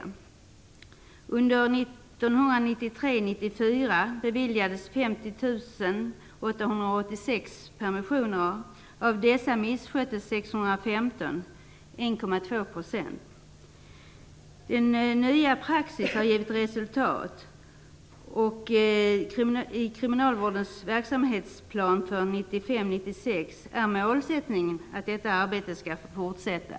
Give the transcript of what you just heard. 1993 96 är målsättningen att detta arbete skall fortsätta.